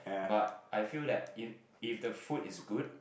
but I feel that in if the food is good